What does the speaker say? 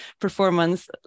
performance